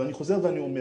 אבל אני חוזר ואני אומר.